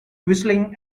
whistling